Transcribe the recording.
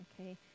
okay